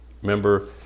Remember